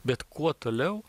bet kuo toliau